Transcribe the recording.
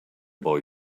boy